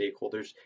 stakeholders